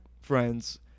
friends